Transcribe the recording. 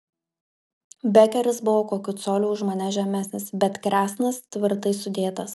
bekeris buvo kokiu coliu už mane žemesnis bet kresnas tvirtai sudėtas